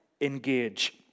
engage